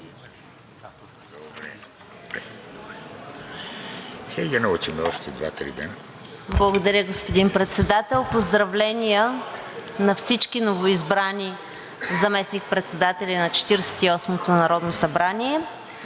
Благодаря, господин Председател. Поздравления на всички новоизбрани заместник-председатели на Четиридесет